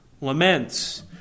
laments